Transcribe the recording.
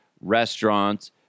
restaurants